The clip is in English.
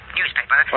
newspaper